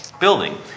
building